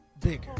bigger